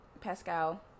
pascal